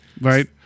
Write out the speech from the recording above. right